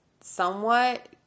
somewhat